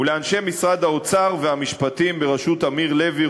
ולאנשי משרד האוצר והמשפטים בראשות אמיר לוי,